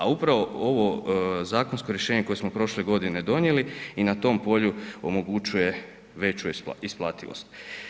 A upravo ovo zakonsko rješenje koje smo prošle godine donijeli i na tom polju omogućuje veću isplativost.